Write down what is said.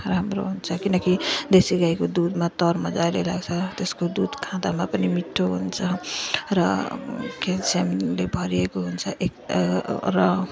राम्रो हुन्छ किनकि देसी गाईको दुधमा तर मजाले लाग्छ त्यसको दुध खाँदामा पनि मिठो हुन्छ र क्याल्सियमले भरिएको हुन्छ एक र